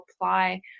apply